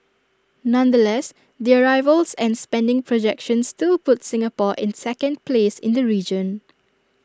nonetheless the arrivals and spending projections still put Singapore in second place in the region